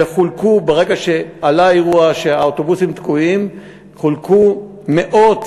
וברגע שעלה האירוע שהאוטובוסים תקועים, חולקו מאות